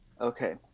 Okay